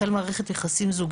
הוא החל במערכת יחסים זוגית.